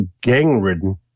gang-ridden